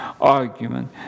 argument